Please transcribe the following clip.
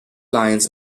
lines